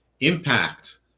Impact